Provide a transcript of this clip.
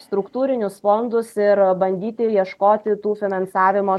struktūrinius fondus ir bandyti ieškoti tų finansavimo